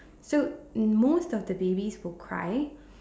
so in most of the babies will cry